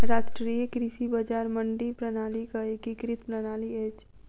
राष्ट्रीय कृषि बजार मंडी प्रणालीक एकीकृत प्रणाली अछि